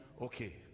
okay